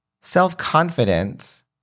Self-confidence